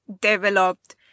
developed